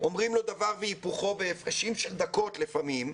אומרים לו דבר והיפוכו בהפרשים של דקות לפעמים,